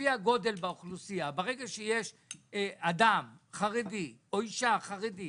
ברגע שיש אדם חרדי או אישה חרדית